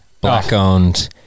black-owned